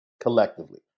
collectively